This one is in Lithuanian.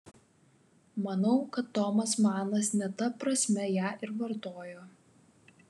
manau kad tomas manas ne ta prasme ją ir vartojo